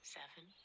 seven